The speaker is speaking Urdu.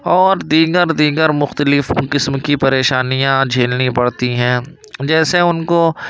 اور دیگر دیگر مختلف قسم کی پریشانیاں جھیلنی پڑتی ہیں جیسے ان کو